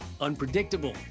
unpredictable